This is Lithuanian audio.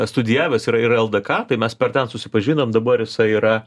studijavęs yra ir ldk tai mes per ten susipažinom dabar jisai yra